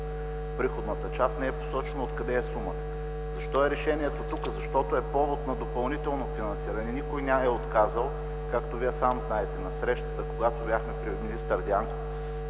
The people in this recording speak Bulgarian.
приходната част не е посочено откъде е сумата. Защо решението е тук? Защото е повод на допълнително финансиране. Никой не я е отказал. Както виждам знаете, когато бяхме на срещата при министър Дянков